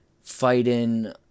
fighting